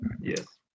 Yes